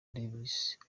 davis